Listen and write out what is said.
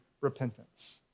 repentance